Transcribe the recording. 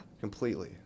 completely